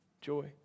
joy